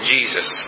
Jesus